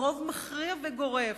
ברוב מכריע וגורף,